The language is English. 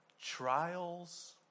trials